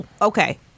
Okay